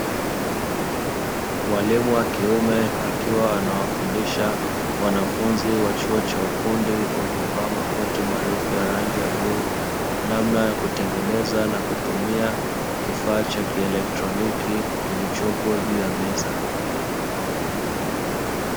Mwalimu wa kiume akiwa anawafundisha wanafunzi wa chuo cha ufundi waliovaa makoti marefu ya rangi ya bluu namna ya kutengeneza na kutumia kifaa cha kielektroniki kilichopo juu ya meza."